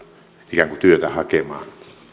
ikään kuin työtä hakemaan